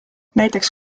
näiteks